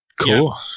cool